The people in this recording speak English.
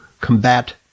Combat